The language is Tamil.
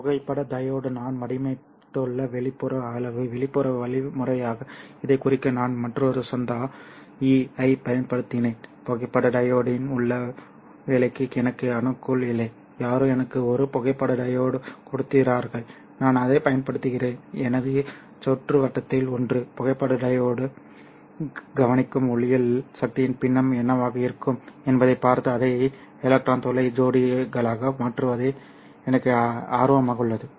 எனது புகைப்பட டையோடு நான் வடிவமைத்துள்ள வெளிப்புற அளவு வெளிப்புற வழிமுறையாக இதைக் குறிக்க நான் மற்றொரு சந்தா E ஐப் பயன்படுத்தினேன் புகைப்பட டையோட்டின் உள் வேலைக்கு எனக்கு அணுகல் இல்லை யாரோ எனக்கு ஒரு புகைப்பட டையோடு கொடுத்திருக்கிறார்கள் நான் அதைப் பயன்படுத்துகிறேன் எனது சுற்றுவட்டத்தில் ஒன்று புகைப்பட டையோடு கவனிக்கும் ஒளியியல் சக்தியின் பின்னம் என்னவாக இருக்கும் என்பதைப் பார்த்து அதை எலக்ட்ரான் துளை ஜோடிகளாக மாற்றுவதே எனக்கு ஆர்வமாக உள்ளது